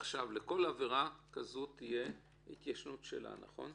לכל עבירה כזאת תהיה ההתיישנות שלה, נכון?